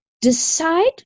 decide